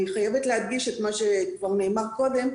אני חייבת להדגיש את מה שנאמר קודם,